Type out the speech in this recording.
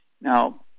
Now